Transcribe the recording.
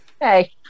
Hey